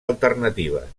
alternatives